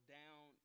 down